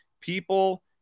People